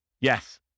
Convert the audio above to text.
Yes